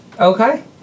Okay